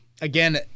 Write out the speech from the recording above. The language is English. again